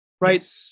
right